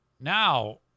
now